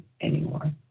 anymore